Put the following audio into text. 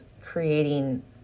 creating